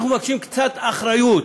אנחנו מבקשים, קצת אחריות.